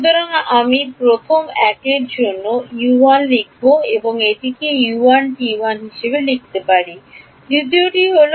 সুতরাং আমি প্রথম একের জন্য লিখব আমি একটিকে হিসাবে লিখতে পারি দ্বিতীয়টি হল